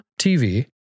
TV